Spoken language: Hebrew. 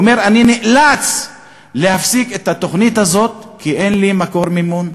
ואומר: אני נאלץ להפסיק את התוכנית הזאת כי אין לי מקור מימון.